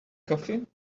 coffee